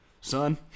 son